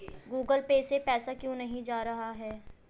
Google Pay से पैसा क्यों नहीं जा रहा है?